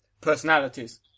personalities